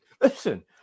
Listen